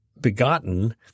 begotten